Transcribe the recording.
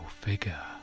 figure